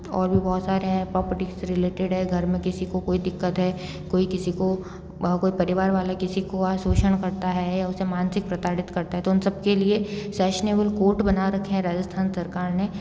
और भी बहुत सारे हैं प्रॉपर्टी से रिलेटेड है घर में किसी को कोई दिक्कत है कोई किसी को कोई परिवार वाला किसी का शोषण करता है या उसे मानसिक प्रताड़ित करता है तो उन सबके लिए सेशनेबल कोर्ट बना रखे हैं राजस्थान सरकार ने